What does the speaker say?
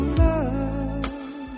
love